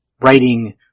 Writing